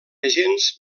agents